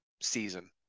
season